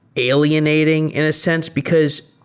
alienating in a sense? because